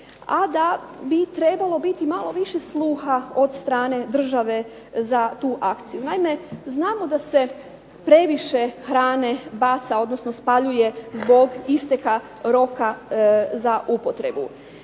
a da bi trebalo biti malo više sluha od strane države za tu akciju. Naime, znamo da se previše hrane baca odnosno spaljuje zbog isteka roka za upotrebu.